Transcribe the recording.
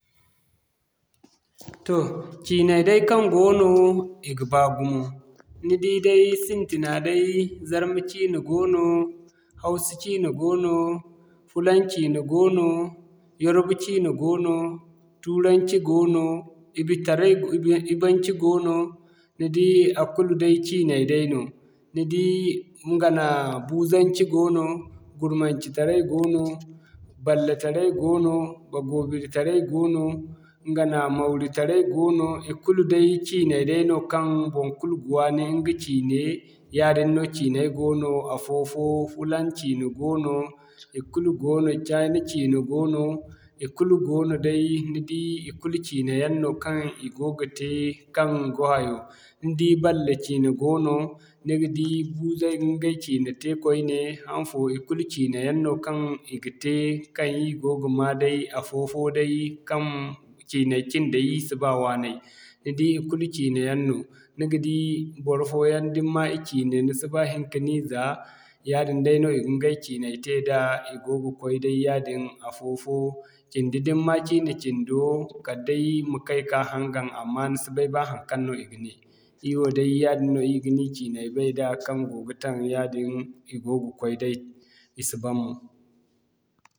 Toh cinay day kaŋ goono, i ga baa gumo. Ni di sintina day Zarma ciine goono, Hausa ciine goono, Fulaŋ ciine goono, Yoruba ciine goono, Turanci goono, Ibo-taray, Ibonci goono ni di a kulu day ciinay dayno. Ni di ɲga nooya Buzanci goono, Gurmanci-taray goono, Balla-taray goono, Bagobiri-taray goono, ɲga nooya Mauri-taray goono, ikulu day ciinay dayno kaŋ waŋkul ga waani ɲga ciine yaadin no ciinay goono afo-fo, Fulaŋ ciine goono, ikulu goono China ciine goono, ikulu goono day ni di ikulu ciine yaŋ no kaŋ i go ga te kaŋ ga hayo. Ni di Balle ciine goono, ni ga di Buuzay ga ɲgay ciine te koyne haŋfo ikulu ciine yaŋ no kaŋ i ga te kaŋ ir go ga ma day afo-fo day kaŋ ciinay cinday ir si ba waaney ni di ikulu ciine yaŋ no. Ni ga di barfoyaŋ da ni ma i ciine ni si ba hin ka ni za, yaadin dayno i ga ɲgay ciinay te da i go ga koy day yaadin afo-fo, cindi da ni ma ciine cindo, kala day ma kay ka haŋgan amma ni si bay ba haŋkaŋ no i ga ne. Ir wo day yaadin no ir ga ni ciinay bay da, kaŋ go ga taŋ yaadin i go ga koy day, i si ban mo.